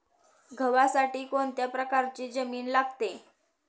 गव्हासाठी कोणत्या प्रकारची जमीन लागते?